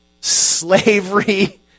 slavery